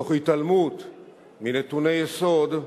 תוך התעלמות מנתוני יסוד,